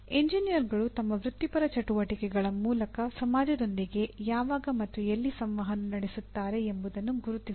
ಎಂಜಿನಿಯರ್ಗಳು ತಮ್ಮ ವೃತ್ತಿಪರ ಚಟುವಟಿಕೆಗಳ ಮೂಲಕ ಸಮಾಜದೊಂದಿಗೆ ಯಾವಾಗ ಮತ್ತು ಎಲ್ಲಿ ಸಂವಹನ ನಡೆಸುತ್ತಾರೆ ಎಂಬುದನ್ನು ಗುರುತಿಸಿ